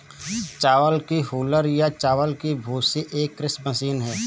चावल की हूलर या चावल की भूसी एक कृषि मशीन है